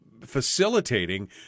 facilitating